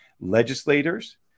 legislators